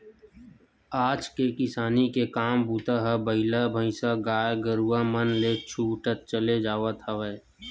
आज के किसानी के काम बूता ह बइला भइसाएगाय गरुवा मन ले छूटत चले जावत हवय